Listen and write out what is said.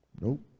Nope